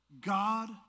God